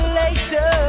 later